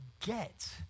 get